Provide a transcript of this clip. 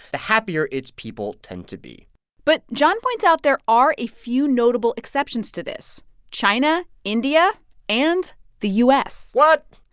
the happier its people tend to be but john points out there are a few notable exceptions to this china, india and the u s what?